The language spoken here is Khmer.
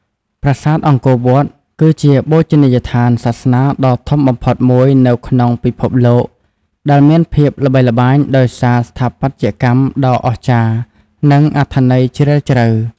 ប្រាសាទអង្គរវត្ត គឺជាបូជនីយដ្ឋានសាសនាដ៏ធំបំផុតមួយនៅក្នុងពិភពលោក ដែលមានភាពល្បីល្បាញដោយសារស្ថាបត្យកម្មដ៏អស្ចារ្យ និងអត្ថន័យជ្រាលជ្រៅ។